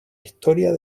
historia